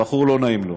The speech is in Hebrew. הבחור, לא נעים לו,